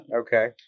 Okay